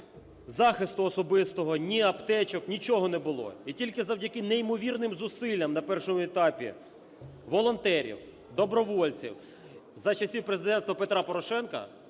захисту особистого, ні аптечок – нічого не було. І тільки завдяки неймовірним зусиллям на першому етапі волонтерів, добровольців за часів президентства Петра Порошенка